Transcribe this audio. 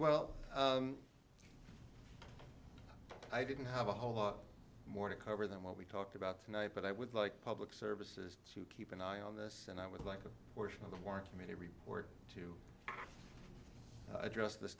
well i didn't have a whole lot more to cover than what we talked about tonight but i would like public services to keep an eye on this and i would like a portion of the work committee report to addressed this